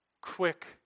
quick